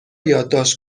یادداشت